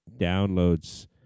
downloads